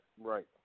Right